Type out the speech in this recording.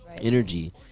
energy